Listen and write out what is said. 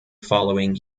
following